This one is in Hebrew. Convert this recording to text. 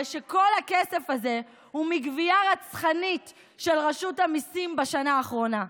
הרי שכל כל הכסף הזה הוא מגבייה רצחנית של רשות המיסים בשנה האחרונה.